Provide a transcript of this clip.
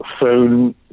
phone